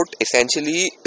essentially